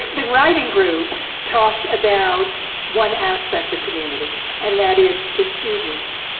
the writing group talked about one aspect of community and that is the students.